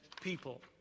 people